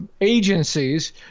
agencies